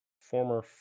former